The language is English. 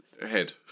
Head